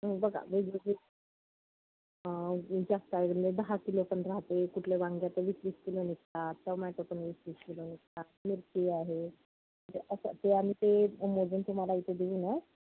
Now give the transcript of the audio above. बघा वेगवेगळे दहा किलो पण राहते कुठले वांगे आता वीस वीस किलो निघतात टोमॅटो पण वीस वीस किलो निघतात मिरची आहे जे असं आम्ही ते मोजून तुम्हाला इथे देऊ ना